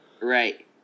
Right